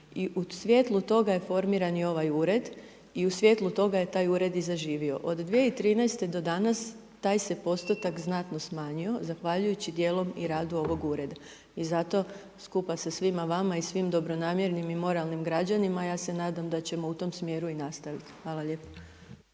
u svjetlu toga je formiran i ovaj Ured i u svjetlu toga je taj Ured zaživio. Od 2013. do danas, taj se postotak znatno smanjio zahvaljujući dijelom i radu ovog Ureda. I zato skupa sa svima vama i svim dobronamjernim i moralnim građanima, ja se nadam da ćemo u tome smjeru i nastaviti. Hvala lijepo.